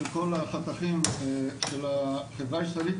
של כל החתכים של החברה הישראלית,